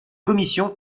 commission